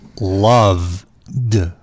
loved